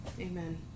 amen